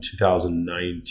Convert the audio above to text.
2019